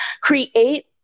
create